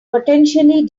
potentially